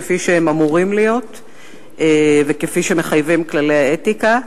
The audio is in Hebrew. כפי שהם אמורים להיות וכפי שמחייבים כללי האתיקה,